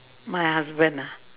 my husband ah